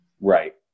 right